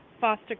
foster